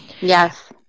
Yes